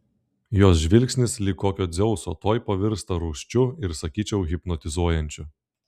jos žvilgsnis lyg kokio dzeuso tuoj pavirsta rūsčiu ir sakyčiau hipnotizuojančiu